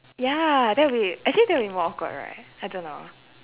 ya that will be actually that would be more awkward right I don't know